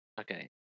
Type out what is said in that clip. Okay